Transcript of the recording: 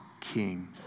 King